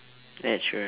ed sheeran